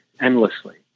endlessly